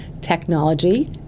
technology